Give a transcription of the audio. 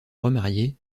remarier